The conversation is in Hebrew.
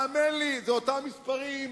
האמן לי, אלה אותם מספרים,